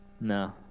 No